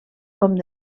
com